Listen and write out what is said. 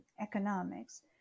economics